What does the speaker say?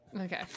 okay